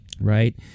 Right